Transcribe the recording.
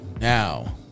now